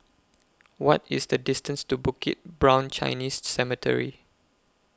What IS The distance to Bukit Brown Chinese Cemetery